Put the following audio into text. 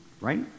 Right